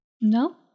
No